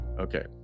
Okay